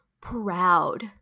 proud